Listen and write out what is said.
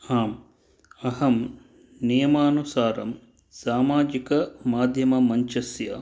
आम् अहं नियमानुसारं सामाजिकमाध्यममञ्चस्य